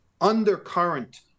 undercurrent